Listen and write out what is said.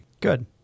Good